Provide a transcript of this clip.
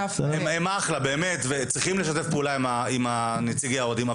הם אחלה באמת וצריכים לשתף פעולה עם נציגי האוהדים,